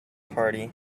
party